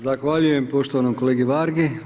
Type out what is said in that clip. Zahvaljujem poštovanom kolegi Vargi.